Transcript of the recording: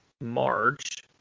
March